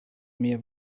mia